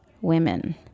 women